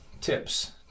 tips